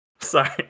Sorry